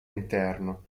interno